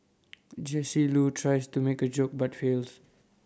Jesse Loo tries to make A joke but fails